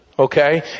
Okay